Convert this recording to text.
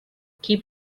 keep